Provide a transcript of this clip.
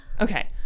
Okay